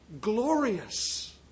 glorious